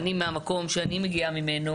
מהמקום שאני מגיעה ממנו,